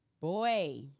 Boy